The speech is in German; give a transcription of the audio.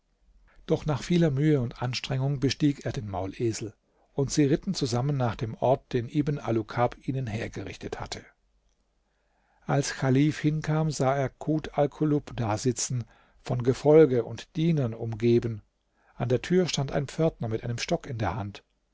doch nach vieler mühe und anstrengung bestieg er den maulesel und sie ritten zusammen nach dem ort den ibn alukab ihnen hergerichtet hatte als chalif hinkam sah er kut alkulub dasitzen von gefolge und dienern umgeben an der tür stand ein pförtner mit einem stock in der hand